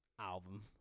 album